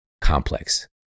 complex